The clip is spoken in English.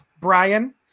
Brian